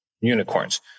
unicorns